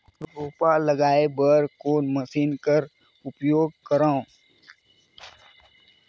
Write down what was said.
रोपा लगाय बर कोन मशीन कर उपयोग करव?